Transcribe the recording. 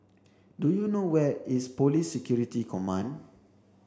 do you know where is Police Security Command